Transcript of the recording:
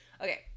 okay